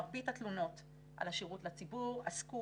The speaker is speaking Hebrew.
מרבית התלונות על השירות לציבור עסקו